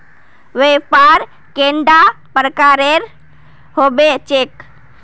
व्यापार कैडा प्रकारेर होबे चेक?